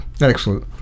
Excellent